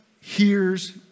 hears